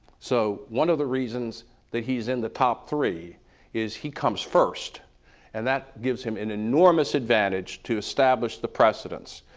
so one of the reasons that he's in the top three is he comes first and that gives him an enormous advantage to establish the precedents.